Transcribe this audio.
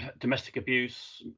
domestic abuse,